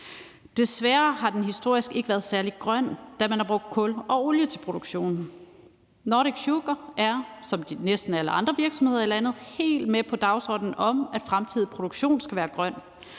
Desværre har den historisk ikke været særlig grøn, da man har brugt kul og olie til produktionen. Nordic Sugar er som næsten alle andre virksomheder i landet helt med på dagsordenen om, at den fremtidige produktion skal være grøn,